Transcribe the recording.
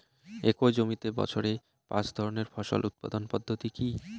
একই জমিতে বছরে পাঁচ ধরনের ফসল উৎপাদন পদ্ধতি কী?